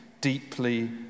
deeply